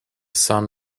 sun